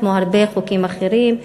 כמו הרבה חוקים אחרים,